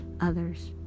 others